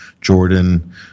Jordan